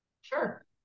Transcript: Sure